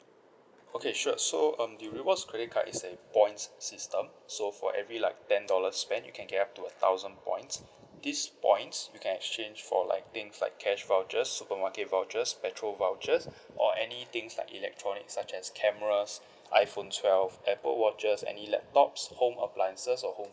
okay sure so um the rewards credit card is a points system so for every like ten dollars spend you can get up to a thousand points these points you can exchange for like things like cash vouchers supermarket vouchers petrol vouchers or anything's like electronic such as cameras iPhone twelve apple watches any laptops home appliances or home